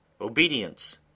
obedience